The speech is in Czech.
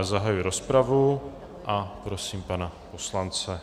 Zahajuji rozpravu a prosím pana poslance.